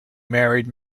married